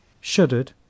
shuddered